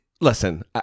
Listen